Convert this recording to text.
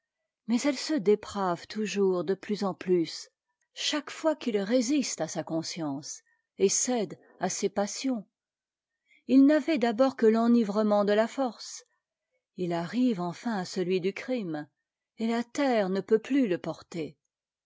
mais ette se déprave toujours de plus en ptus chaque fois qu'il résiste à sa conscience et cède à ses passions il'n'avait d'abord que l'enivrement de la force il arrive enfin à celui du crime et la terre ne peut plus le porter